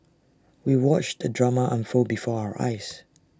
we watched the drama unfold before our eyes